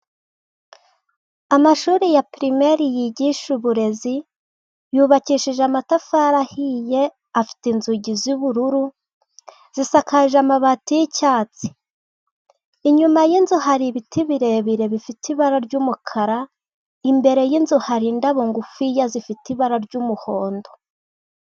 Amashuri ya pirimare yigisha uburezi yubakishije amatafari ahiye, afite inzugi z'ubururu zisakaje amabati y'icyatsi. Inyuma y'iyo nzu hari ibiti birebire bifite ibara ry'umukara, imbere yinzu hari indabo ngufiya zifite ibara ry'umuhondo.